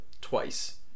twice